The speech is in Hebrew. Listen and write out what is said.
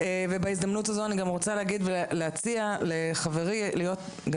בהזדמנות הזאת אני רוצה להציע לחברי להיות גם